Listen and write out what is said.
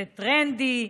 זה טרנדי,